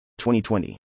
2020